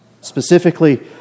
specifically